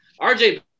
RJ